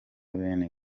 bene